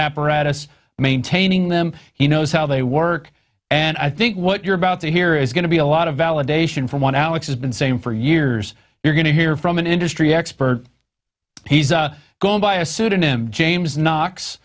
apparatus maintaining them he knows how they work and i think what you're about to hear is going to be a lot of validation for one alex has been saying for years you're going to hear from an industry expert he's going by a pseudonym james